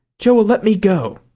joel, let me go!